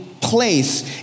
place